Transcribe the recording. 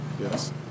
Yes